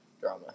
drama